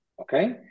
Okay